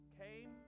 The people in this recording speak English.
came